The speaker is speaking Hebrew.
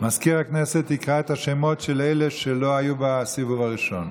מזכיר הכנסת יקרא את השמות של אלה שלא היו בסיבוב הראשון.